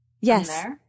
Yes